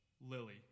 Lily